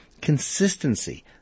consistency